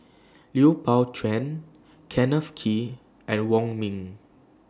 Lui Pao Chuen Kenneth Kee and Wong Ming